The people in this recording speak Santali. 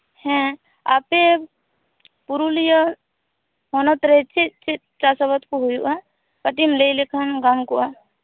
ᱦᱮᱸ ᱟᱯᱮ ᱯᱩᱨᱩᱞᱤᱭᱟᱹ ᱦᱚᱱᱚᱛ ᱨᱮ ᱪᱮᱫ ᱪᱮᱫ ᱪᱟᱥ ᱟᱵᱟᱫ ᱠᱚ ᱦᱩᱭᱩᱜᱼᱟ ᱠᱟᱹᱴᱤᱡ ᱮᱢ ᱞᱟᱹᱭ ᱞᱮᱠᱷᱟᱱ ᱜᱟᱱ ᱠᱚᱜᱼᱟ